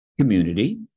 community